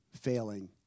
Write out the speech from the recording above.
failing